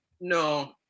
No